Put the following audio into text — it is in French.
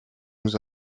nous